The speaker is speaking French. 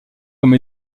comme